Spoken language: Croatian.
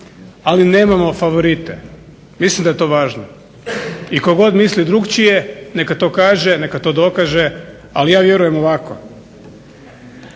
ali nemamo favorite, mislim da je to važno. I tko god misli drukčije neka to kaže, neka to dokaže ali ja vjerujem ovako.